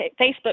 Facebook